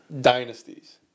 dynasties